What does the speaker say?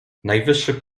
najwyższy